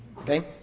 Okay